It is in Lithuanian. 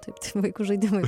taip vaikų žaidimai